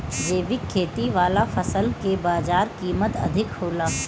जैविक खेती वाला फसल के बाजार कीमत अधिक होला